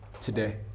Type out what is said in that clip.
today